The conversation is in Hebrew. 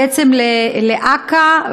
בעצם לאכ"א,